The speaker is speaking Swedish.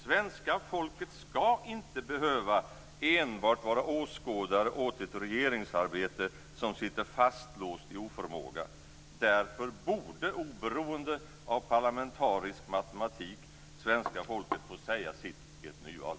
Svenska folket skall inte behöva vara enbart åskådare till ett regeringsarbete som sitter fastlåst i oförmåga. Därför borde, oberoende av parlamentarisk matematik, svenska folket få säga sitt i ett nyval.